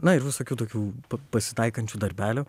na ir visokių tokių pasitaikančių darbelių